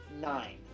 nine